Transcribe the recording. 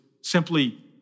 simply